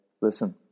Listen